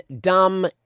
dumb